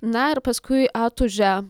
na ir paskui atūžia